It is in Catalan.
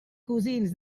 cosins